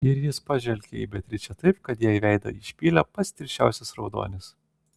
ir jis pažvelgė į beatričę taip kad jai veidą išpylė pats tirščiausias raudonis